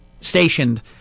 stationed